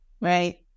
right